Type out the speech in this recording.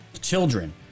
children